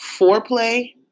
foreplay